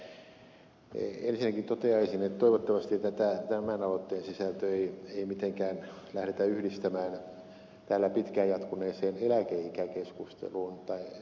ensinnäkin toteaisin että toivottavasti tämän aloitteen sisältöä ei mitenkään lähdettäisi yhdistämään täällä pitkään jatkuneeseen eläkeikäkeskusteluun tai urien pidentämiskeskusteluun